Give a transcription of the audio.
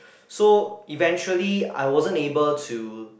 so eventually I wasn't able to